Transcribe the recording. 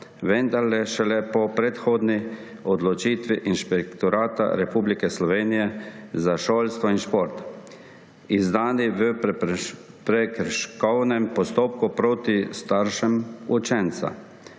vendar šele po predhodni odločitvi Inšpektorata Republike Slovenije za šolstvo in šport, izdani v prekrškovnem postopku proti staršem učenca,